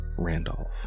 Randolph